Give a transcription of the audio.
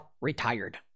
retired